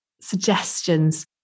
suggestions